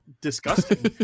disgusting